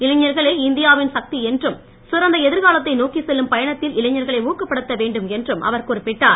இளைஞர்களே இந்தியாவின் சக்தி என்றும் சிறந்த எதிர்காலத்தை நோக்கிச் செல்லும் பயணத்தில் இளைஞர்களை ஊக்கப்படுத்த வேண்டும் என்றும் அவர் குறிப்பிட்டார்